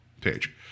page